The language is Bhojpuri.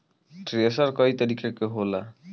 थ्रेशर कई तरीका के होला